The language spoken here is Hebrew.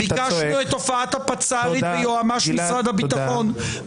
ביקשנו את הופעת הפצ"רית ויועמ"ש משרד הביטחון,